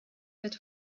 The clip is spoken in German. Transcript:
wird